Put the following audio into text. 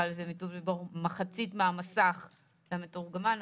מחצית מהמסך למתורגמן,